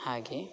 ಹಾಗೇ